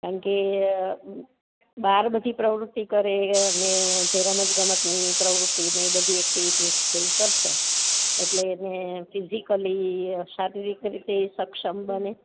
કેમકે બાર બધી પ્રવૃતિ કરે અને જે રમત ગમતની પ્રવૃતિ ને એ બધી એક્ટિવિટી કરશે એટલે એને ફિઝિકલી સારી રીતે સક્ષમ બને